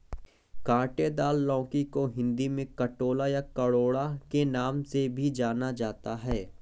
काँटेदार लौकी को हिंदी में कंटोला या ककोड़ा के नाम से भी जाना जाता है